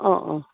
অঁ অঁ